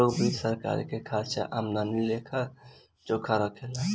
लोक वित्त सरकार के खर्चा आमदनी के लेखा जोखा राखे ला